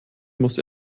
muss